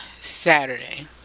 Saturday